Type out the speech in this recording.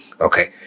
okay